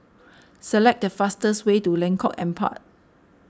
select the fastest way to Lengkok Empat